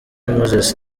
moses